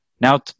Now